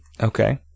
okay